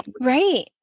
right